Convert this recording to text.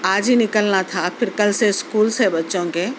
آج ہی نکلنا تھا پھر کل سے اسکولس ہیں بچوں کے